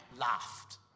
laughed